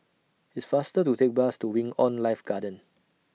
It's faster to Take Bus to Wing on Life Garden